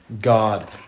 god